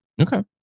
Okay